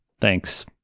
thanks